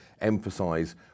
emphasize